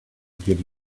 give